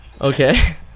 Okay